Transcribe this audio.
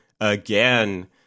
again